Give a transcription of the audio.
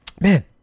man